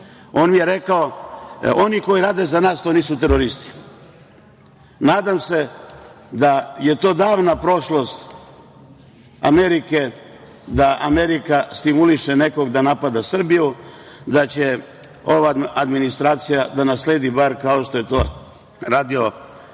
On mi je rekao – oni koji rade za nas, to nisu teroristi. Nadam se da je to davna prošlost Amerike, da Amerika stimuliše nekog da napada Srbiju, da će ova administracija da nasledi bar, kao što je to radio